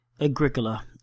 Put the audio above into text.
Agricola